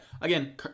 again